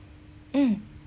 mm